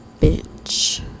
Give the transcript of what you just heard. bitch